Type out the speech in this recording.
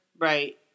Right